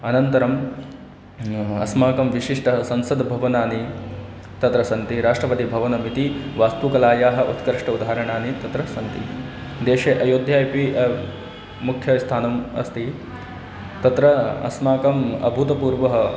अनन्तरं अस्माकं विशिष्ट संसदभवनानि तत्र सन्ति राष्ट्रपतिभवनम् इति वास्तुकलायाः उत्कृष्ट उदाहरणानि तत्र सन्ति देशे अयोध्या अपि मुख्यस्थानम् अस्ति तत्र अस्माकं अभूतपूर्वः